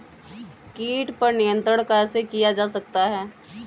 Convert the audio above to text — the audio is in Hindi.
कीट पर नियंत्रण कैसे किया जा सकता है?